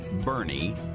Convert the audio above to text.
Bernie